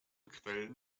quellen